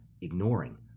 ignoring